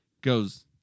goes